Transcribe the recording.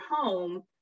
home